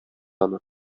аны